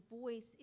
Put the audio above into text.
voice